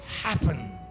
happen